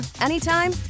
anytime